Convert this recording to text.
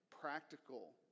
practical